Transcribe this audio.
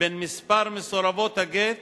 בין מספר מסורבות הגט